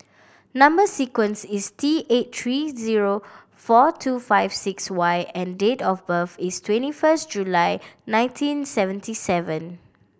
number sequence is T eight three zero four two five six Y and date of birth is twenty first July nineteen seventy seven